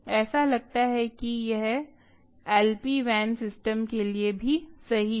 ऐसा लगता है कि यह LPWAN सिस्टम के लिए भी सही है